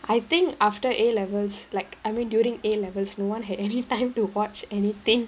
I think after A levels like I mean during A levels no one had any time to watch anything